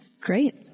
great